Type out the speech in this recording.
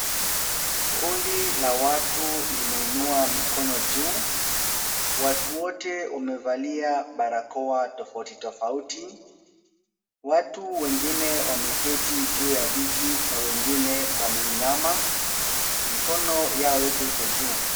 Kundi la watu limeinua mikono juu. Watu wote wamevalia barakoa tofauti tofauti. Watu wengine wameketi juu ya viti na wengine wameinama. Mikono yao yote iko juu.